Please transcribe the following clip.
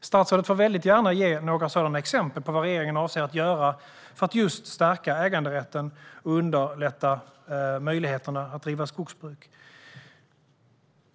Statsrådet får väldigt gärna ge exempel på vad regeringen avser att göra för att stärka äganderätten och underlätta möjligheterna att driva skogsbruk.